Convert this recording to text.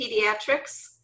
pediatrics